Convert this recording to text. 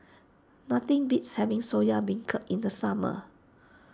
nothing beats having Soya Beancurd in the summer